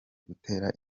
gutera